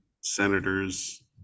senators